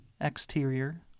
exterior